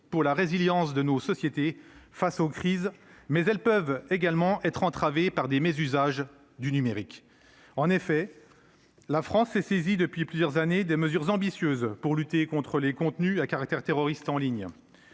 pour la résilience de nos sociétés face aux crises ; cependant, elles peuvent également être entravées par les mésusages du numérique. La France prend depuis plusieurs années des mesures ambitieuses pour lutter contre les contenus à caractère terroriste en ligne.